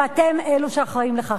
ואתם אלו שאחראים לכך.